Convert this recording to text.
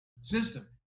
system